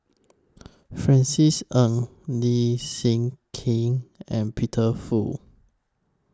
Francis Ng Leslie Kee and Peter Fu